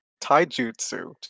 taijutsu